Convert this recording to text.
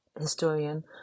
historian